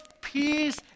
peace